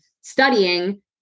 studying